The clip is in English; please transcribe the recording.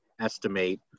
estimate